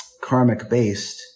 karmic-based